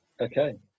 Okay